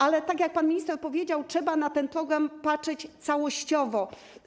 Ale tak jak pan minister powiedział, trzeba na ten program patrzeć całościowo.